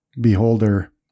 beholder